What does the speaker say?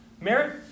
Merit